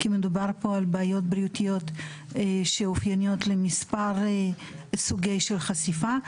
כי מדובר פה על בעיות בריאותיות שאופייניות למספר סוגים של חשיפה.